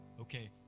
Okay